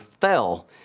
fell